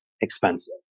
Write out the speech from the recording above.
expensive